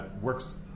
works